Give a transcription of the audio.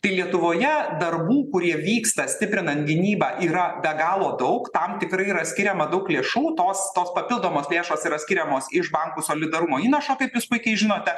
tai lietuvoje darbų kurie vyksta stiprinant gynybą yra be galo daug tam tikrai yra skiriama daug lėšų tos tos papildomos lėšos yra skiriamos iš bankų solidarumo įnašo kaip jūs puikiai žinote